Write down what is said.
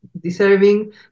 deserving